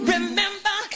Remember